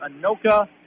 Anoka